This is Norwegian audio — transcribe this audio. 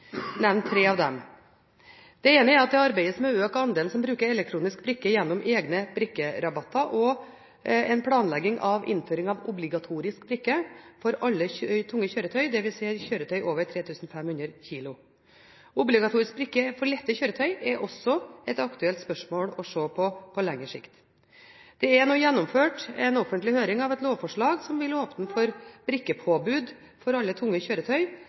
tre av dem: Det ene er at det arbeides med å øke andelen som bruker elektronisk brikke gjennom egne brikkerabatter, og planlagt innføring av obligatorisk brikke for alle tunge kjøretøy, dvs. kjøretøy over 3 500 kg. Obligatorisk brikke for lette kjøretøy er også et aktuelt spørsmål å se på på lengre sikt. Det er nå gjennomført en offentlig høring om et lovforslag som vil åpne for brikkepåbud for alle tunge kjøretøy,